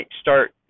start